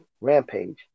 Rampage